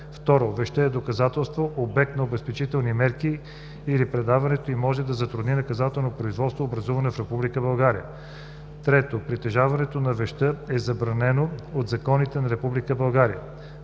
2. вещта е доказателство, обект на обезпечителни мерки или предаването ѝ може да затрудни наказателно производство, образувано в Република България; 3. притежаването на вещта е забранено от законите на